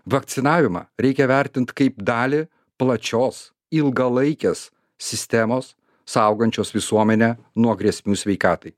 vakcinavimą reikia vertint kaip dalį plačios ilgalaikės sistemos saugančios visuomenę nuo grėsmių sveikatai